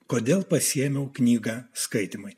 kodėl pasiėmiau knygą skaitymui